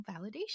validation